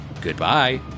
goodbye